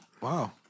Wow